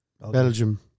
Belgium